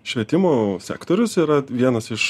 švietimo sektorius yra vienas iš